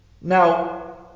Now